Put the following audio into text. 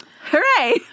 Hooray